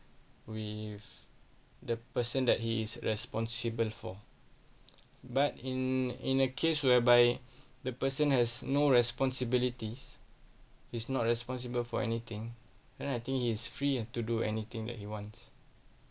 with the person that he is responsible for but in in a case whereby the person has no responsibilities is not responsible for anything then I think he's free ah to do anything that he wants